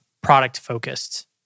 product-focused